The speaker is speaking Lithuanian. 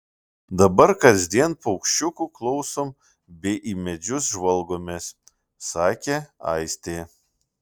dabar kasdien paukščiukų klausom bei į medžius žvalgomės sakė aistė